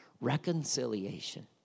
reconciliation